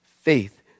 faith